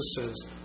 says